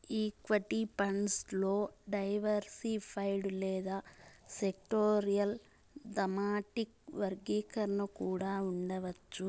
equity funds లో diversified లేదా sectoral, thematic వర్గీకరణ కూడా ఉండవచ్చు